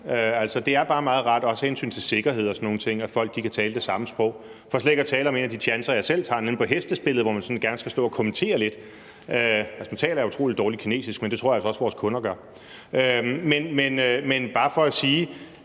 det er bare meget rart, også af hensyn til sikkerhed og sådan nogle ting, at folk kan tale det samme sprog – for slet ikke at tale om en af de tjanser, jeg selv tager, nemlig på Hestespillet, hvor man gerne skal stå og kommentere lidt. Nu taler jeg utrolig dårligt kinesisk, men det tror jeg altså også vores kunder gør. Men det er bare for at sige,